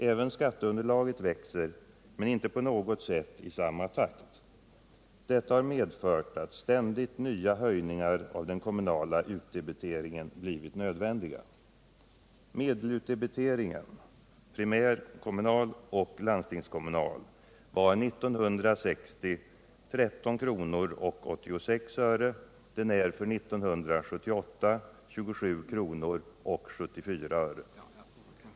Även skatteunderlaget växer men inte på något sätt i samma takt. Detta har medfört att ständigt nya höjningar av den kommunala utdebiteringen blivit nödvändiga. Medelutdebiteringen — primärkommunal och landstingskommunal — var 1960 13:86 kr. ; den är för 1978 27:74 kr.